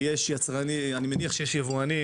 אני מניח שיש יבואנים